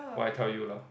while I tell you lah